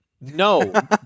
No